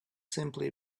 simply